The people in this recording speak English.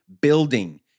building